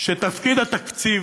שתפקיד התקציב,